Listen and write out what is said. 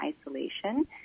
isolation